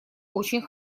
очень